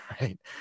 Right